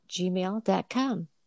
gmail.com